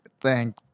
Thank